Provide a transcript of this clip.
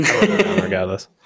Regardless